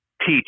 teach